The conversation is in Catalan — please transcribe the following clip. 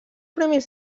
premis